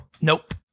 Nope